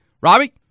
Robbie